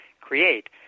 create